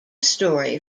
story